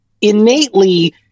innately